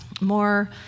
more